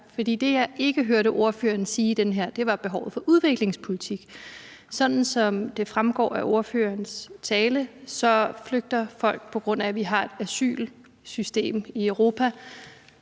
debat. Det, jeg ikke hørte ordføreren sige noget om, var behovet for udviklingspolitik. Som det fremgår af ordførerens tale, flygter folk, på grund af at vi har et asylsystem i Europa,